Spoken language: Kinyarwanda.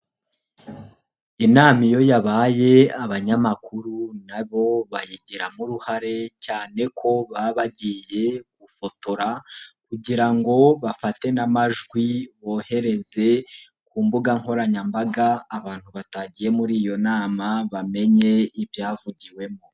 Inama iyo yabaye abanyamakuru na bo bayigiramo uruhare cyane ko baba bagiye gufotora kugira ngo bafate n'amajwi bohereze ku mbuga nkoranyambaga abantu batagiye muri iyo nama bamenye ibyavugiwemo.